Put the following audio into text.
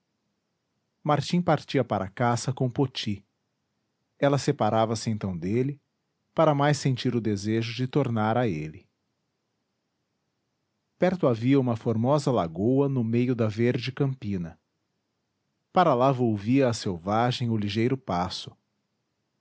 martim partia para a caça com poti ela separava se então dele para mais sentir o desejo de tornar a ele perto havia uma formosa lagoa no meio da verde campina para lá volvia a selvagem o ligeiro passo